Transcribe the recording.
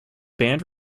band